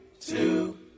two